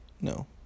No